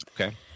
Okay